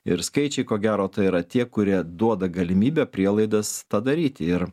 ir skaičiai ko gero tai yra tie kurie duoda galimybę prielaidas tą daryti ir